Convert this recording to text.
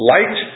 Light